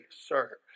sir